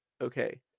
okay